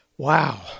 wow